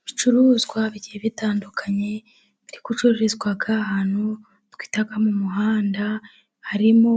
Ibicuruzwa bigiye bitandukanye biri gucururizwa ahantu twita mu muhanda, harimo